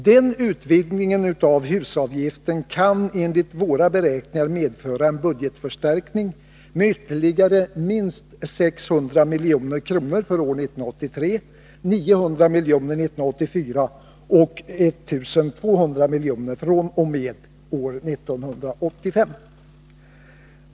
Denna utvidgning av husavgiften kan enligt våra beräkningar medföra en budgetförstärkning med ytterligare minst 600 milj.kr. för år 1983, 900 miljoner för år 1984 och 1 200 miljoner fr.o.m. år 1985.